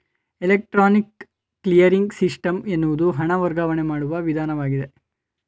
electronic clearing system ಎನ್ನುವುದು ಹಣ ವರ್ಗಾವಣೆ ಮಾಡುವ ವಿಧಾನವಾಗಿದೆ